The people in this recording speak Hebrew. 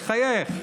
תחייך.